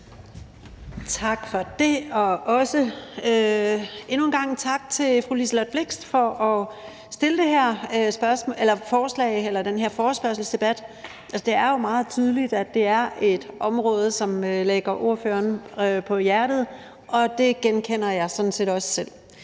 Tak for det, og endnu en gang tak til fru Liselott Blixt for at stille den her forespørgsel. Det er jo meget tydeligt, at det er et område, som ordførerens hjerte banker for, og det genkender jeg sådan set også selv.